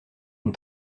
une